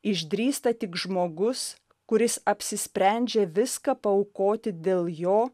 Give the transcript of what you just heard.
išdrįsta tik žmogus kuris apsisprendžia viską paaukoti dėl jo